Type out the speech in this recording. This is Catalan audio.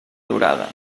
durada